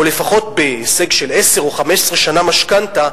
או לפחות בהישג של עשר או 15 שנה משכנתה,